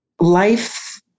life